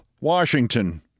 Washington